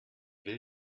will